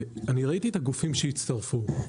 ראיתי את הגופים שהצטרפו,